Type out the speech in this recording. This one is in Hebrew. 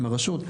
עם הרשות.